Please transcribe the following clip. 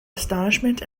astonishment